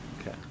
okay